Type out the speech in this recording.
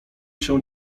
się